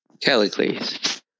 Callicles